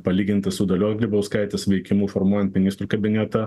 palyginti su dalios grybauskaitės veikimu formuojant ministrų kabinetą